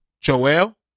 Joel